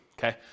Okay